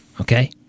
Okay